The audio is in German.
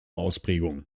ausprägung